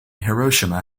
hiroshima